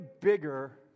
bigger